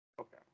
Okay